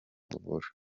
kuvura